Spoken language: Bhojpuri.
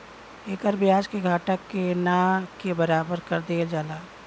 एकर ब्याज के घटा के ना के बराबर कर देवल जाला